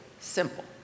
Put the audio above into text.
simple